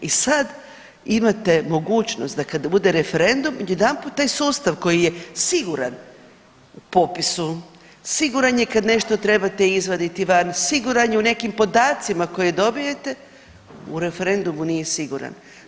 I sada imate mogućnost da kada bude referendum jedanput taj sustav koji je siguran popisu, siguran je kada nešto trebate izvaditi van, siguran je u nekim podacima koje dobijete, u referendumu nije siguran.